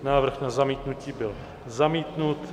Návrh na zamítnutí byl zamítnut.